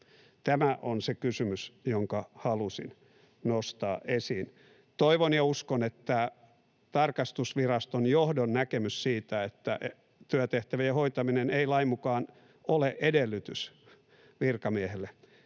Tämä on se kysymys, jonka halusin nostaa esiin. Toivon ja uskon, että tarkastusviraston johdon näkemys siitä, että työtehtävien hoitaminen ei lain mukaan ole edellytys virkamiehelle,